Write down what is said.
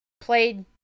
played